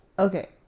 Okay